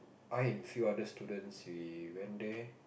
I and few other students we went there